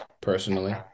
personally